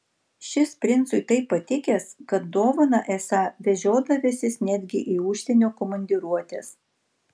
šis princui taip patikęs kad dovaną esą vežiodavęsis netgi į užsienio komandiruotes